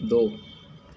दो